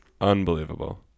unbelievable